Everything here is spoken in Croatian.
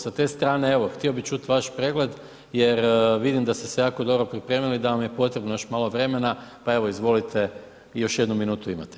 Sa te strane evo htio bih čuti vaš pregled, jer vidim da ste se jako dobro pripremili i da vam je potrebno još malo vremena, pa evo izvolite još jednu minutu imate.